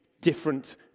different